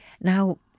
Now